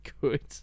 good